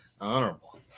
Honorable